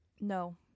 No